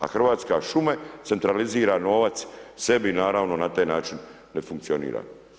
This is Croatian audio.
A hrvatske šume centralizira novac sebi, naravno na taj način, da funkcionira.